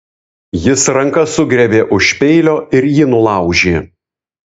jis ranka sugriebė už peilio ir jį nulaužė